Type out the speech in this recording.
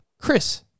Chris